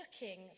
looking